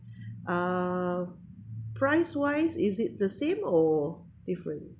uh price wise is it the same or different